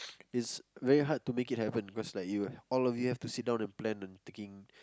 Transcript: this very hard to make it happen cause like you all of you have to sit down and plan and taking